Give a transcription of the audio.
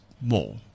more